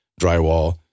drywall